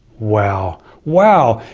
wow. wow,